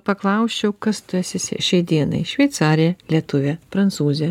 paklausčiau kas tu esi šiai dienai šveicarė lietuvė prancūzė